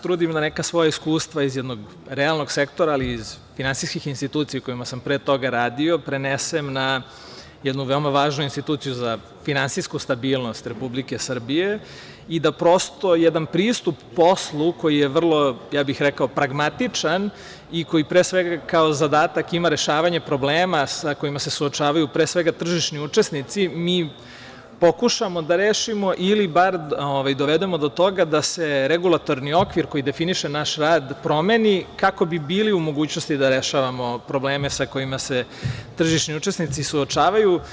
Trudim se da neka svoja iskustva iz jednog realnog sektora, ali i iz finansijskih institucija u kojima sam pre toga radio prenesem na jednu veoma važnu instituciju za finansijsku stabilnost Republike Srbije i da, prosto, jedan pristup poslu, koji je vrlo pragmatičan i koji kao zadatak ima rešavanje problema sa kojima se suočavaju, pre svega, tržišni učesnici, mi pokušamo da rešimo, ili bar dovedemo do toga da se regulatorni okvir koji definiše naš rad promeni, kako bi bili u mogućnosti da rešavamo probleme sa kojima se tržišni učesnici suočavaju.